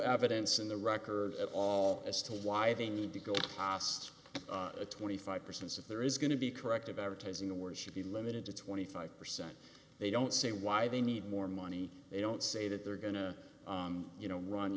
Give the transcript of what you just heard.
evidence in the record at all as to why they need to go cost twenty five percent since there is going to be corrective advertising the word should be limited to twenty five percent they don't say why they need more money they don't say that they're going to you know run